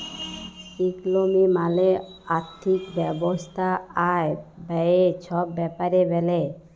ইকলমি মালে আথ্থিক ব্যবস্থা আয়, ব্যায়ে ছব ব্যাপারে ব্যলে